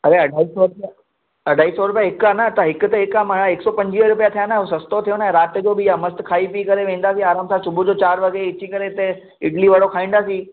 अरे अढाई सौ रुपिया अढाई सौ रुपिया हिक आहे न त हिक ते हिक आहे माना हिकु सौ पंजुवीह रुपिया थिया न उहो सस्तो थियो न ऐं राति जो बि आहे मस्तु खाई पी करे वेंदासीं मस्तु आराम सां सुबुह जो चार वॻे अची करे हिते इडली वड़ो खाईंदासीं